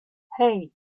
hey